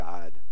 God